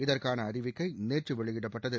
இதற்கான அறிவிக்கை நேற்று வெளியிடப்பட்டது